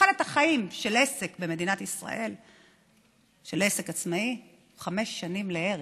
תוחלת החיים של עסק עצמאי במדינת ישראל היא חמש שנים לערך.